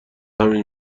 همین